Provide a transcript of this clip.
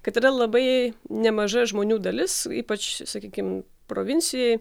kad yra labai nemaža žmonių dalis ypač sakykim provincijoj